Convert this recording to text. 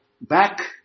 back